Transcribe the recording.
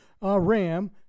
ram